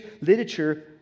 literature